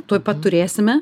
tuoj pat turėsime